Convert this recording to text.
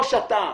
או שאתה